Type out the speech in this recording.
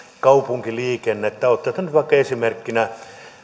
kaupunkiliikennettä otetaan nyt vain esimerkkinä